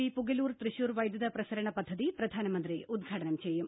V Pugalur Thrissur വൈദ്യുത പ്രസരണ പദ്ധതി പ്രധാനമന്ത്രി ഉദ്ഘാടനം ചെയ്യും